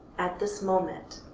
at this moment,